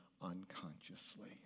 unconsciously